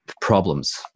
problems